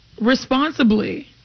Responsibly